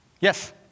yes